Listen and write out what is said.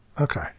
Okay